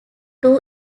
too